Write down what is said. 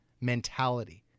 mentality